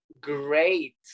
great